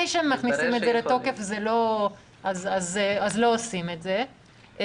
לפני שהן נכנסות לתוקף לא עושים את זה.